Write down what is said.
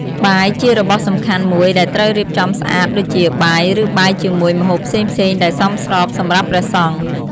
បាយជារបស់សំខាន់មួយដែលត្រូវរៀបចំស្អាត ដូចជា បាយ ឬបាយជាមួយម្ហូបផ្សេងៗដែលសមស្របសម្រាប់ព្រះសង្ឃ ។